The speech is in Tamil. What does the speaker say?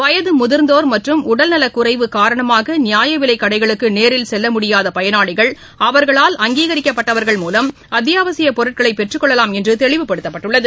வயகுமுதிர்ந்தோர் உடல்நலக்குறைவு காரணமாகநியாயவிலைக்கடைகளுக்குநேரில் மற்றம் செல்லமுடியாதபயனாளிகள் அவா்களால் அங்கீகரிக்கப்பட்டவா்கள் மூலம் அத்தியவாசியபொருட்களைபெற்றுக் கொள்ளலாம் என்றுதெளிவுபடுத்தப்பட்டுள்ளது